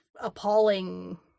appalling